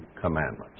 commandments